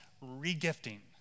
re-gifting